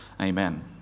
amen